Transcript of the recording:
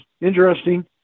interesting